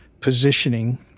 positioning